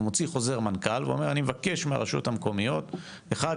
הוא מוציא חוזר מנכ"ל ואומר אני מבקש מהרשויות המקומיות שיעשו 1,